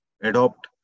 adopt